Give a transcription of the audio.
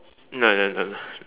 no no no no